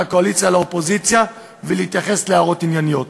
הקואליציה לאופוזיציה ולהתייחס להערות ענייניות.